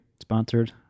sponsored